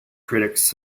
critics